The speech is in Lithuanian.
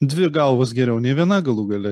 dvi galvos geriau nei viena galų gale